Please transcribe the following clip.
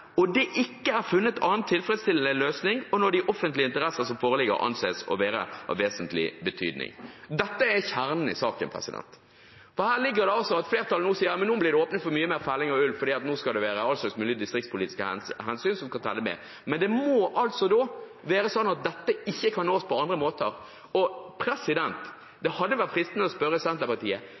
overlevelse, det ikke er funnet annen tilfredsstillende løsning og når de offentlige interesser som foreligger anses å være av vesentlig betydelig.» Dette er kjernen i saken. Her sier altså flertallet at nå blir det åpnet for mye mer felling av ulv, for nå skal det være alle slags mulige distriktspolitiske hensyn som skal telle med. Men det må altså være sånn at dette ikke kan nås på andre måter. Det hadde vært fristende å spørre Senterpartiet: